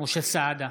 משה סעדה,